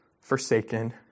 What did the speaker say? Forsaken